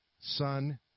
son